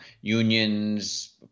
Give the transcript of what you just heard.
unions